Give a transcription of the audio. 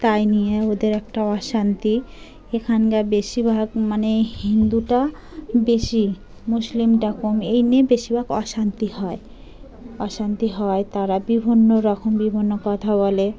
তাই নিয়ে ওদের একটা অশান্তি এখানকার বেশিরভাগ মানে হিন্দুটা বেশি মুসলিমটা কম এই নিয়ে বেশিরভাগ অশান্তি হয় অশান্তি হয় তারা বিভিন্ন রকম বিভিন্ন কথা বলে